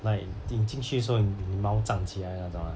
like 你进去的时候你你毛站起来那种 ah